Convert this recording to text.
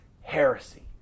heresy